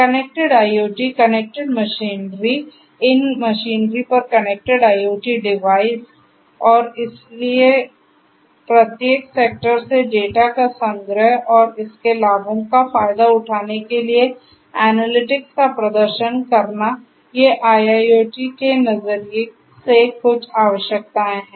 connected IoT connected machinery इन machinery पर connected IoT device और इसलिए और प्रत्येक सेक्टर से डेटा का संग्रह और इसके लाभों का फायदा उठाने के लिए एनालिटिक्स का प्रदर्शन करना ये IIoT के नजरिए से कुछ आवश्यकताएं हैं